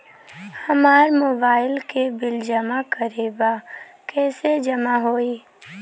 हमार मोबाइल के बिल जमा करे बा कैसे जमा होई?